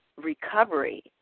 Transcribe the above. recovery